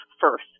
first